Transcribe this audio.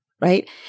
right